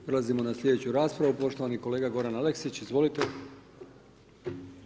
Prelazimo na slijedeću raspravu, poštovani kolega Goran Aleksić, izvolite.